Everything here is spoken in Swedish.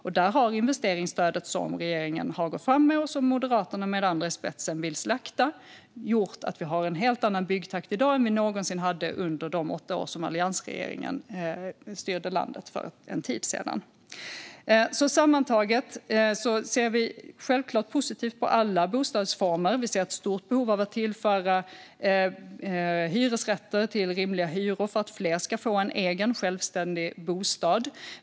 Där har det investeringsstöd som regeringen har gått fram med och som Moderaterna med flera i spetsen vill slakta gjort att vi har en helt annan byggtakt i dag än vi någonsin hade under de åtta år som alliansregeringen styrde landet för en tid sedan. Sammantaget ser vi självklart positivt på alla bostadsformer. Vi ser ett stort behov av att tillföra hyresrätter till rimliga hyror för att fler ska få en egen, självständig bostad.